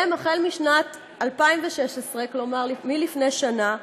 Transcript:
משנת 2016, כלומר מלפני שנה,